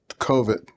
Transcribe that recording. COVID